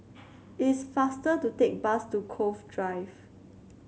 it is faster to take bus to Cove Drive